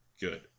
good